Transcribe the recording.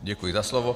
Děkuji za slovo.